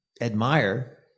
admire